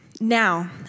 Now